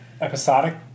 episodic